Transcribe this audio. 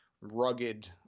rugged